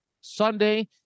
Sunday